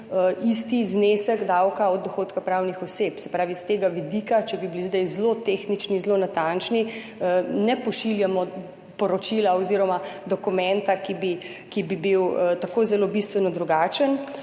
isti znesek davka od dohodka pravnih oseb. Se pravi, s tega vidika, če bi bili zdaj zelo tehnični, zelo natančni, ne pošiljamo poročila oziroma dokumenta, ki bi bil tako zelo bistveno drugačen.